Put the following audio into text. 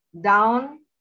down